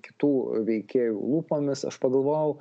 kitų veikėjų lūpomis aš pagalvojau